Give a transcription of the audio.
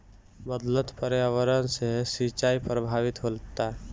बदलत पर्यावरण से सिंचाई प्रभावित होता